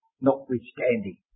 notwithstanding